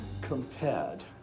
compared